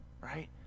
right